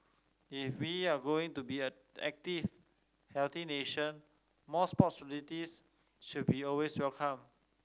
if we're going to be a active healthy nation more sports facilities should be always welcome